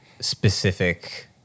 specific